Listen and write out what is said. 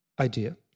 idea